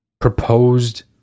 proposed